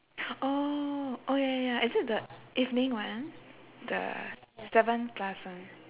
oh ya ya it is the evening one the s~ seven plus one